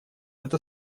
это